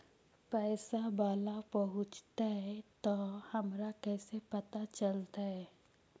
पैसा बाला पहूंचतै तौ हमरा कैसे पता चलतै?